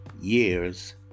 years